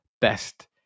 best